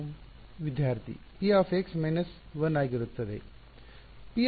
ವಿದ್ಯಾರ್ಥಿ p - 1 ಆಗಿರುತ್ತದೆ